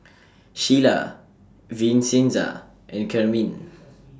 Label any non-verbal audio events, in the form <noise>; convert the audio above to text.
Shelia Vincenza and Carmine <noise>